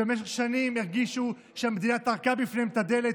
שבמשך שנים הרגישו שהמדינה טרקה בפניהם את הדלת,